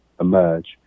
emerge